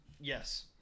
Yes